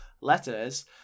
letters